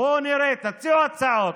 בואו נראה, תציעו הצעות,